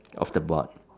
of the board